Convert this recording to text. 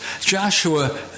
Joshua